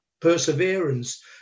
perseverance